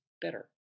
better